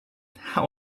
how